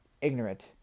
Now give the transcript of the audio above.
ignorant